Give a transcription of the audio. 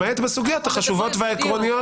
למעט בסוגיות החשובות והעקרוניות.